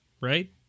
right